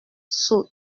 sous